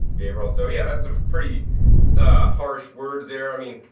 gabriel. so yeah, that's a pretty harsh words there. i mean,